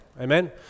Amen